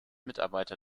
mitarbeiter